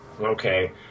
Okay